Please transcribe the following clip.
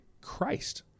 Christ